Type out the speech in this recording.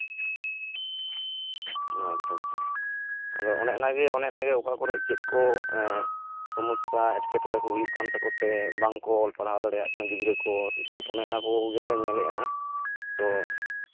ᱟᱪᱪᱷᱟᱼᱟᱪᱪᱷᱟ ᱚᱱᱮ ᱚᱱᱟᱜᱮ ᱚᱱᱮ ᱚᱱᱟᱜᱮ ᱚᱱᱟ ᱠᱚᱨᱮᱜ ᱪᱮᱫ ᱠᱚ ᱥᱚᱢᱚᱥᱥᱟ ᱮᱴᱠᱮᱴᱚᱲᱮ ᱠᱚ ᱦᱩᱭᱩᱜ ᱠᱟᱱ ᱛᱟᱠᱚ ᱥᱮ ᱵᱟᱝᱠᱚ ᱯᱟᱲᱦᱟᱣ ᱫᱟᱲᱮᱭᱟᱜ ᱠᱟᱱᱟ ᱜᱤᱫᱽᱨᱟᱹ ᱠᱚ ᱚᱱᱮ ᱚᱱᱟ ᱠᱚᱜᱮᱞᱮ ᱧᱮᱞ ᱮᱜᱼᱟ ᱛᱳ